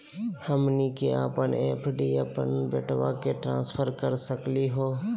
हमनी के अपन एफ.डी अपन बेटवा क ट्रांसफर कर सकली हो?